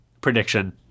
prediction